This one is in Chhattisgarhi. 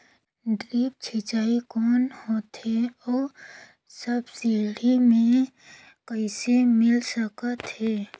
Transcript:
ड्रिप सिंचाई कौन होथे अउ सब्सिडी मे कइसे मिल सकत हे?